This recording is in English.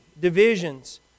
divisions